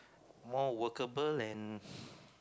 more workable and